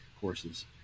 courses